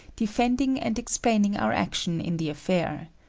defending and explaining our action in the affair.